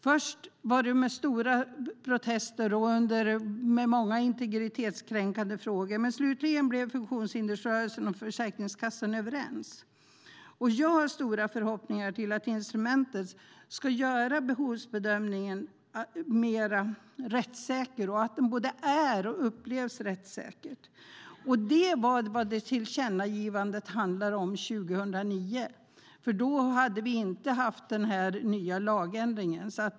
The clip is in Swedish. Först var det stora protester och många integritetskränkande frågor, men slutligen blev funktionshindersrörelsen och Försäkringskassan överens. Jag har stora förhoppningar om att instrumentet ska göra att behovsbedömningen både är och upplevs som mer rättssäker. Det var vad tillkännagivandet handlade om 2009. Då hade vi inte haft den nya lagändringen.